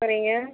சரிங்க